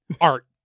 Art